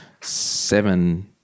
Seven